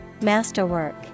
Masterwork